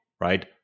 right